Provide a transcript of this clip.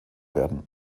werden